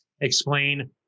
explain